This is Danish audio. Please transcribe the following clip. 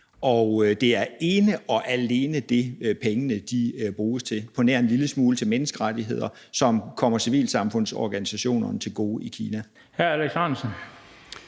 og det er ene og alene det, pengene bruges til, på nær en lille smule til menneskerettigheder, som kommer civilsamfundsorganisationerne i Kina